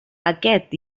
aquest